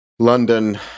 London